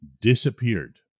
disappeared